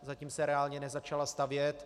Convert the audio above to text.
Zatím se reálně nezačala stavět.